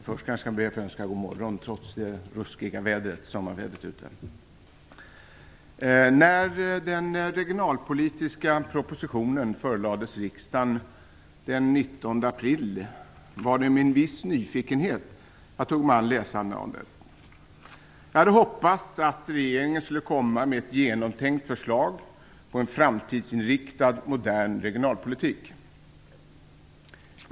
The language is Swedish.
Fru talman! När den regionalpolitiska propositionen förelades riksdagen den 19 april var det med en viss nyfikenhet jag tog mig an läsandet av den. Jag hade hoppats att regeringen skulle komma med ett genomtänkt förslag på en framtidsinriktad modern regionalpolitik.